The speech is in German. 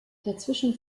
dazwischen